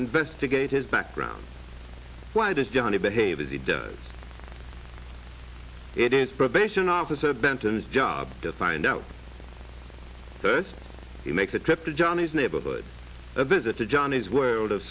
investigate his background why does johnny behave as he does it is probation officer benton job to find out first he makes a trip to johnny's neighborhood a visit to johnny's world of